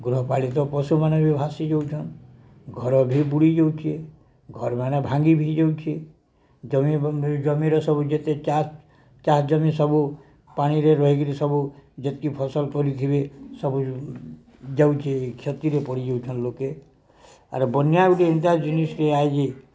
ଗୃହପାଳିତ ପଶୁମାନେ ବି ଭାସି ଯାଉଛନ୍ ଘର ବି ବୁଡ଼ି ଯାଉଛେ ଘର୍ମାନେ ଭାଙ୍ଗି ଭି ଯାଉଛେ ଜମି ଜମିର ସବୁ ଯେତେ ଚାଷ ଜମି ସବୁ ପାଣିରେ ରହିକିରି ସବୁ ଯେତ୍କି ଫସଲ୍ କରିଥିବେ ସବୁ ଯାଉଛେ କ୍ଷତିରେ ପଡ଼ି ଯାଉଛନ୍ ଲୋକେ ଆର୍ ବନ୍ୟା ଗୁଟେ ଏନ୍ତା ଜିନିଷ୍ଟେ ଆଏ ଯେ